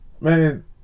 man